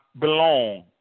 belong